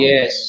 Yes